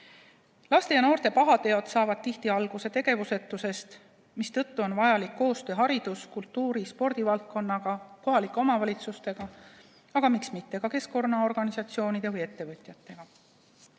Laste ja noorte pahateod saavad tihti alguse tegevusetusest, mistõttu on vajalik koostöö haridus-, kultuuri-, spordivaldkonnaga, kohalike omavalitsustega, aga miks mitte ka keskkonnaorganisatsioonide ja ettevõtjatega.